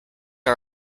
are